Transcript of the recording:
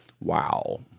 Wow